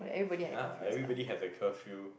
ya everybody have a curfew